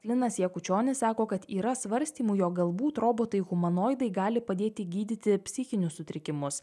linas jakučionis sako kad yra svarstymų jog galbūt robotai humanoidai gali padėti gydyti psichinius sutrikimus